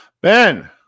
Ben